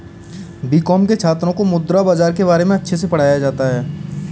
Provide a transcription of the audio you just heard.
BCom के छात्रों को मुद्रा बाजार के बारे में अच्छे से पढ़ाया जाता है